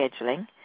scheduling